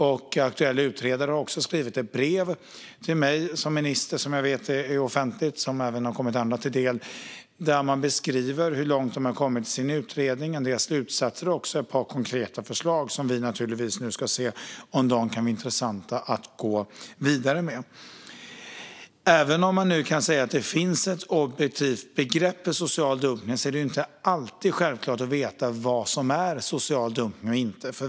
Den aktuella utredaren har också skrivit ett brev till mig som minister, och jag vet att det är offentligt och även har kommit andra till del. I brevet beskrivs hur långt man kom i utredningen och också en del slutsatser. Där fanns även ett par konkreta förslag som vi naturligtvis ska se om det är intressant att gå vidare med. Även om man nu kan säga att det finns ett objektivt begrepp för social dumpning är det inte alltid självklart vad som är social dumpning och inte.